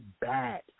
bad